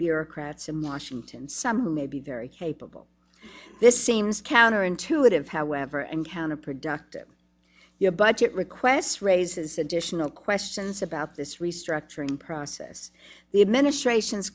bureaucrats in washington some who may be very capable this seems counterintuitive however and counterproductive your budget requests raises additional questions about this restructuring process the administration